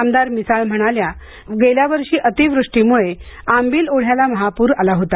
आमदार मिसाळ म्हणाल्या गेल्या वर्षी अतिवृष्टीमुळे आंबील ओढ्याला महाप्रर आला होता